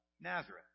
Nazareth